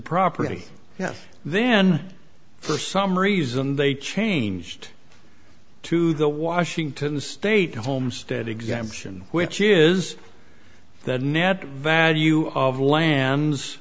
property yeah then for some reason they changed to the washington state homestead exemption which is the net value of la